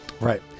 right